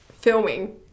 filming